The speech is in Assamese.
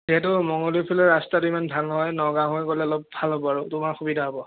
যিহেতু মঙ্গলদৈ ফালে ৰাস্তাটো ইমান ভাল নহয় নগাঁও হৈ গ'লে অলপ ভাল হ'ব আৰু তোমাৰ সুবিধা হ'ব